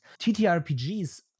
TTRPGs